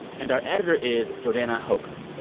and our editor is jordana hochman.